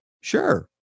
sure